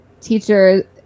teacher